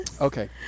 okay